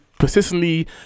persistently